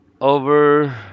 over